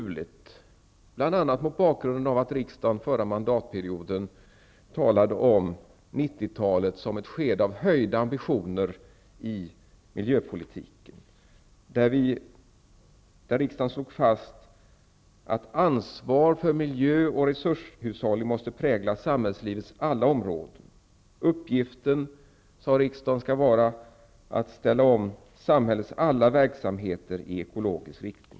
Riksdagen talade under förra mandatperioden om 90-talet som ett skede av höjda ambitioner i miljöpolitiken, och vi slog fast att ansvar för miljöoch resurshushållning måste prägla samhällslivets alla områden. Vi sade att uppgiften skulle vara att ställa om samhällets alla verksamheter i ekologisk riktning.